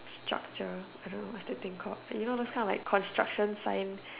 structure I don't know what's that thing called you know those kind of like construction sign